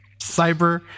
Cyber